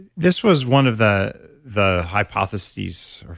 this was one of the the hypotheses,